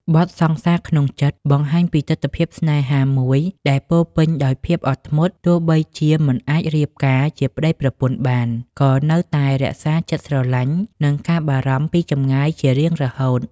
បទ "សង្សារក្នុងចិត្ត" បង្ហាញពីទិដ្ឋភាពស្នេហាមួយដែលពោរពេញដោយភាពអត់ធ្មត់ ទោះបីជាមិនអាចរៀបការជាប្តីប្រពន្ធបាន ក៏នៅតែរក្សាចិត្តស្រឡាញ់ និងការបារម្ភពីចម្ងាយជារៀងរហូត។